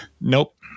Nope